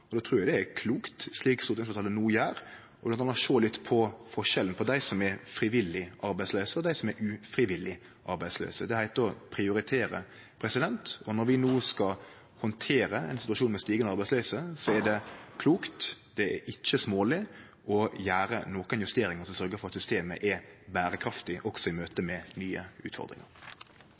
trur eg det er klokt, slik stortingsfleirtalet no gjer, å sjå bl.a. på forskjellen på dei som er frivillig arbeidslause, og dei som er ufrivillig arbeidslause. Det heiter å prioritere. Når vi no skal handtere ein situasjon med stigande arbeidsløyse, er det klokt. Det er ikkje småleg å gjere nokre justeringar som sørgjer for at systemet er berekraftig også i møte med nye utfordringar.